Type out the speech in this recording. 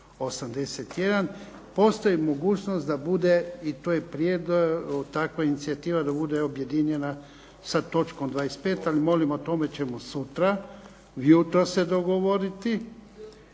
581. Postoji mogućnost da bude i to je takva inicijativa da bude objedinjena sa točkom 25., ali molim o tome ćemo sutra ujutro se dogovoriti.